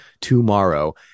tomorrow